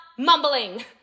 mumbling